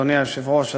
אדוני היושב-ראש.